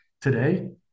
Today